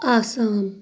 Assam